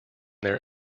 their